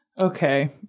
okay